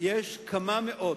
יש כמה מאות,